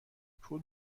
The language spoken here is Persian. پول